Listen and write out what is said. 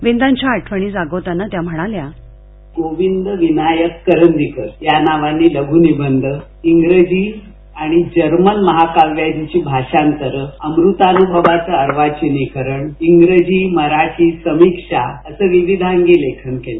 विंदांच्या आठवणी जागवताना त्या म्हणाल्या गोविंद विनायक करंदीकर या नावाने लघ्निबंध इंग्रजी आणि जर्मन महाकाव्यांची भाषांतरं अमृतान्भवाचं अर्वांचिनीकरण इंग्रजी मराठी समीक्षा असं विविधांगी लेखन केलं